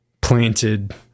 planted